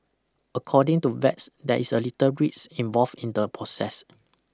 according to vets there is a little risk involve in the process